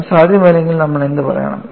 അത് സാധ്യമല്ലെങ്കിൽ നമ്മൾ എന്ത് പറയണം